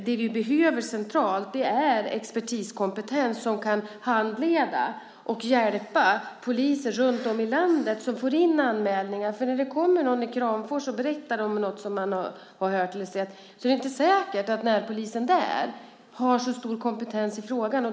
Det vi behöver centralt är expertiskompetens som kan handleda och hjälpa poliser runtom i landet som får in anmälningar. När det kommer någon i Kramfors och berättar om något som man har hört eller sett är det inte säkert att närpolisen där har så stor kompetens i frågan.